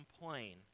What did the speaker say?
complain